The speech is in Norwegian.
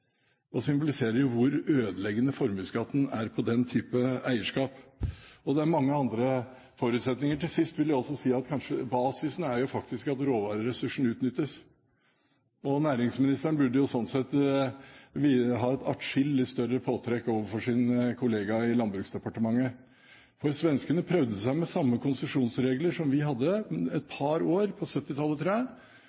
symboliserer hvor ødeleggende formuesskatten er på den typen eierskap. Det er mange andre forutsetninger Til sist vil jeg også si at basisen faktisk er at råvareressursen utnyttes. Næringsministeren burde sånn sett ha et atskillig større påtrykk overfor sin kollega i Landbruksdepartementet. Svenskene prøvde seg med samme konsesjonsregler som vi hadde, et